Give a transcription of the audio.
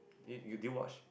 you you did you watch